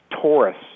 Taurus